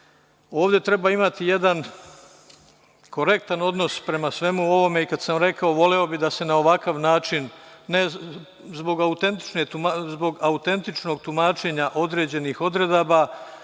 treba imati jedan korektan odnos prema svemu ovome i kada sam rekao voleo bih da se na ovakav način, ne zbog autentičnog tumačenja određenih odredaba,